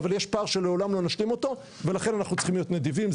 אבל יש פער שלעולם לא נשלים אותו ולכן אנחנו צריכים להיות נדיבים.